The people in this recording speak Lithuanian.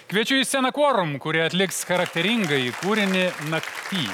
kviečiu į sceną kvorum kurie atliks charakteringąjį kūrinį nakty